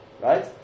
right